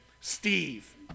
Steve